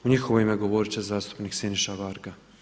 U njihovo ime govorit će zastupnik Siniša Varga.